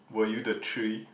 were you the three